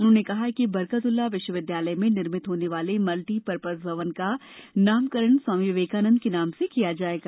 उन्होंने कहा कि बरकतउल्ला विश्वविद्यालय में निर्मित होने वाले मल्टी र्यज भवन का नामकरण स्वामी विवेकानंद के नाम से किया जाएगा